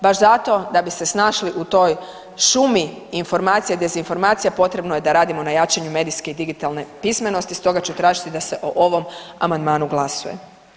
Baš zato da bi se snašli u toj šumi informacija i dezinformacija, potrebno je da radimo na jačanju medijski digitalne pismenosti, stoga ću tražiti da se o ovom amandmanu glasuje.